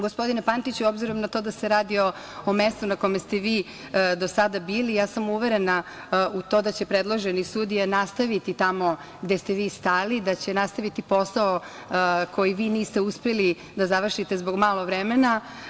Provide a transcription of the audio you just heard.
Gospodine Pantiću, obzirom na to da se radi o mestu na kome ste vi do sada bili, ja sam uverena u to da će predloženi sudija nastaviti tamo gde ste vi stali, da će nastaviti posao koji vi niste uspeli da završite zbog malo vremena.